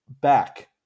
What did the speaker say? back